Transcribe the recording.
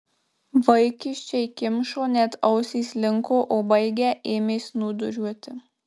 vaikiščiai kimšo net ausys linko o baigę ėmė snūduriuoti